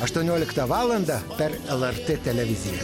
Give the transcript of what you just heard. aštuonioliktą valandą per lrt televiziją